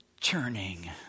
churning